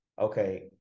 okay